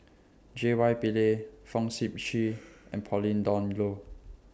J Y Pillay Fong Sip Chee and Pauline Dawn Loh